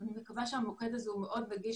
אני מקווה שהמוקד הזה מאוד נגיש,